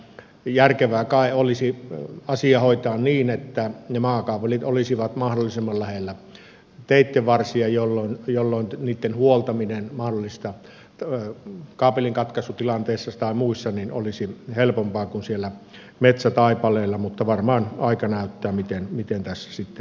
järkevää kai olisi asia hoitaa niin että ne maakaapelit olisivat mahdollisimman lähellä teitten varsia jolloin niitten huoltaminen mahdollisissa kaapelinkatkaisutilanteissa tai muissa olisi helpompaa kuin siellä metsätaipaleella mutta varmaan aika näyttää miten tässä sitten menetellään